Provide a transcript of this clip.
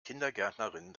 kindergärtnerin